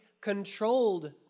controlled